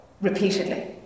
repeatedly